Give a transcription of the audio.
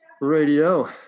Radio